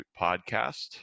Podcast